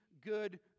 good